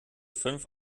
fünf